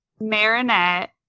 Marinette